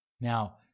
Now